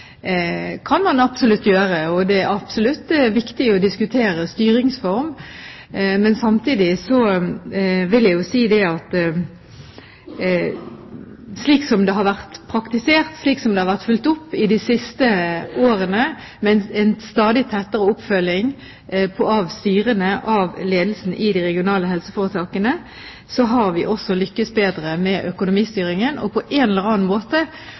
kan man absolutt gjøre. Det er absolutt viktig å diskutere styringsform, men samtidig vil jeg jo si at slik som det har vært praktisert, slik som det har vært fulgt opp i de siste årene med en stadig tettere oppfølging av styrene, av ledelsen i de regionale helseforetakene, har vi lyktes bedre med økonomistyringen. På en eller annen måte